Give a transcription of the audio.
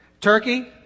Turkey